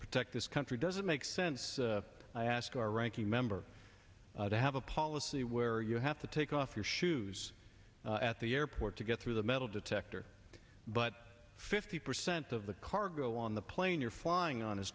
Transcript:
protect this country does it make sense i ask our ranking member to have a policy where you have to take off your shoes at the airport to get through the metal detector but fifty percent of the cargo on the plane you're flying on is